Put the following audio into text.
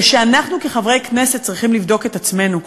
זה שאנחנו, כחברי כנסת, צריכים לבדוק את עצמנו.